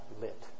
lit